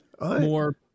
more